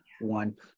one